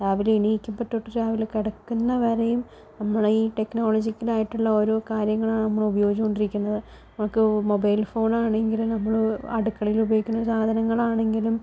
രാവിലെ എണീക്കുമ്പോൾ തൊട്ട് രാവിലെ കിടക്കുന്ന വരെയും നമ്മൾ ഈ ടെക്നോളജിക്കലായിട്ടുള്ള ഓരോ കാര്യങ്ങളാണ് നമ്മളുപയോഗിച്ചുകൊണ്ടിരിക്കുന്നത് നമുക്ക് മൊബൈൽ ഫോൺ ആണെങ്കിൽ നമ്മള് അടുക്കളയിൽ ഉപയോഗിക്കുന്ന സാധനങ്ങളാണെങ്കിലും